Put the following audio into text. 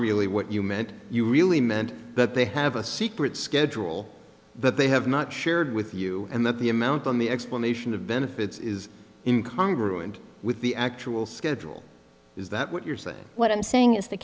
really what you meant you really meant that they have a secret schedule that they have not shared with you and that the amount on the explanation of benefits is in congress and with the actual schedule is that what you're saying what i'm saying is the